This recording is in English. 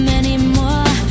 anymore